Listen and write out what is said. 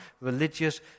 religious